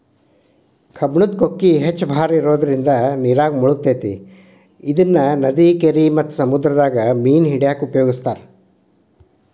ಕಬ್ಬಣದ ಕೊಕ್ಕಿ ಹೆಚ್ಚ್ ಭಾರ ಇರೋದ್ರಿಂದ ನೇರಾಗ ಮುಳಗತೆತಿ ಇದನ್ನ ನದಿ, ಕೆರಿ ಮತ್ತ ಸಮುದ್ರದಾಗ ಮೇನ ಹಿಡ್ಯಾಕ ಉಪಯೋಗಿಸ್ತಾರ